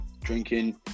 drinking